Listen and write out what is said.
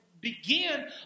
Begin